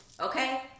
Okay